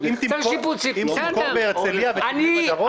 אם תמכור בהרצליה ותבנה בדרום?